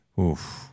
Oof